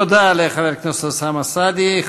תודה לחבר הכנסת אוסאמה סעדי.